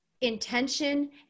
intention